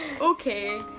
okay